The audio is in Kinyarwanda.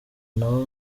nabo